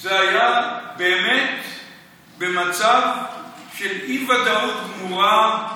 זה היה באמת במצב של אי-ודאות גמורה,